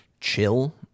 chill